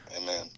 Amen